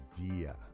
idea